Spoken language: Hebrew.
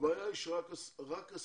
הבעיה היא שרק הסוכנות